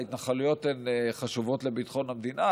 ההתנחלויות הן חשובות לביטחון המדינה.